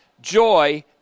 joy